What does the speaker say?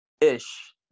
Ish